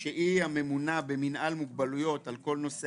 שהיא הממונה במנהל מוגבלויות על כל נושא